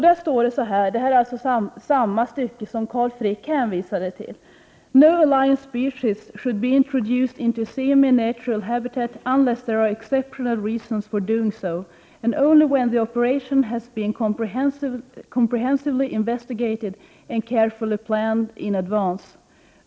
Där står — det är alltså samma skrift som Carl Frick hänvisade till: ”No alien species should be introduced into a semi-natural habitat unless there are exceptional reasons for doing so, and only when the operation has been comprehensively investigated and carefully planned in advance.